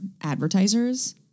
advertisers